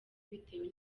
bitewe